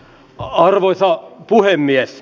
arvoisa puhemies